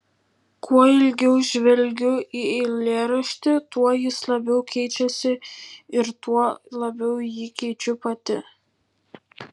kuo ilgiau žvelgiu į eilėraštį tuo jis labiau keičiasi ir tuo labiau jį keičiu pati